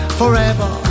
forever